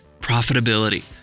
profitability